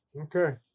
Okay